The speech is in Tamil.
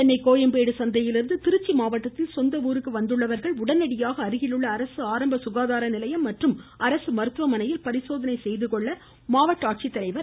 சென்னை கோயம்பேடு சந்தையிலிருந்து திருச்சி மாவட்டத்தில் சொந்த ஊருக்கு வந்துள்ளவர்கள் உடனடியாக அருகில் உள்ள அரசு அரம்ப சுகாதார நிலையம் மற்றும் அரசு மருத்துவமனையில் பரிசோதனை செய்துகொள்ள வேண்டும் என மாவட்ட ஆட்சித்தலைவர் திரு